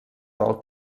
del